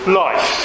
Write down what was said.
life